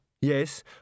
yes